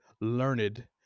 learned